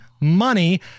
money